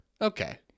Okay